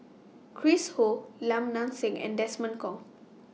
Chris Ho Lim Nang Seng and Desmond Kon